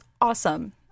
awesome